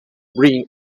bring